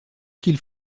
qu’il